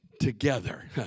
together